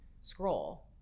scroll